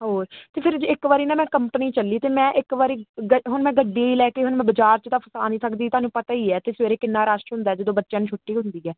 ਔਰ ਤੇ ਫਿਰ ਇੱਕ ਵਾਰੀ ਨਾ ਮੈਂ ਕੰਪਨੀ ਚੱਲੀ ਤੇ ਮੈਂ ਇੱਕ ਵਾਰੀ ਹੁਣ ਮੈਂ ਗੱਡੀ ਲੈ ਕੇ ਹੁਣ ਮੈਂ ਬਾਜ਼ਾਰ 'ਚ ਤਾਂ ਫਸਾ ਨਹੀਂ ਸਕਦੀ ਤੁਹਾਨੂੰ ਪਤਾ ਹੀ ਹ ਤੇ ਸਵੇਰੇ ਕਿੰਨਾ ਰੱਸ਼ ਹੁੰਦਾ ਜਦੋਂ ਬੱਚਿਆਂ ਨੂੰ ਛੁੱਟੀ ਹੁੰਦੀ ਹ